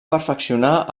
perfeccionar